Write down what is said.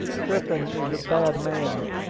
griffin is a bad man,